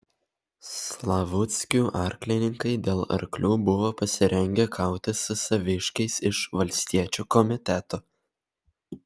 slavuckių arklininkai dėl arklių buvo pasirengę kautis su saviškiais iš valstiečių komiteto